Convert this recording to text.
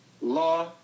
law